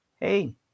hey